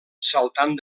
saltant